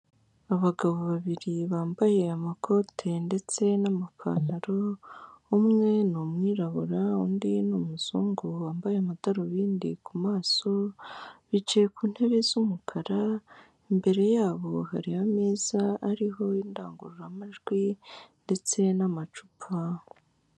Abagabo babiri bambaye amakote ndetse n'amapantaro, umwe ni umwirabura undi ni umuzungu wambaye amadarubindi ku maso, bicaye ku ntebe z'umukara, imbere yabo hari ameza ariho indangururamajwi ndetse n'amacupa.